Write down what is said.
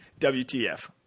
WTF